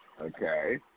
Okay